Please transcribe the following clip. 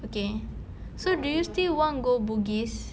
okay so do you still want to go bugis